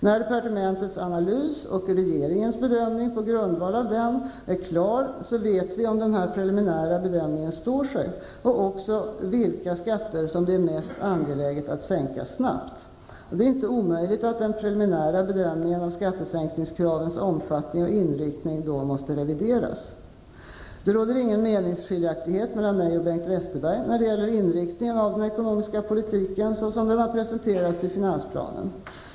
När departementets analys och regeringens bedömning på grundval av den är klara vet vi om denna preliminära bedömning står sig, och också vilka skatter det är mest angeläget att sänka snabbt. Det är inte omöjligt att den preliminära bedömningen av skattesänkningskravens omfattning och inriktning då måste revideras. Det råder ingen meningsskiljaktighet mellan mig och Bengt Westerberg när det gäller inriktningen av den ekonomiska politiken såsom den har presenterats i finansplanen.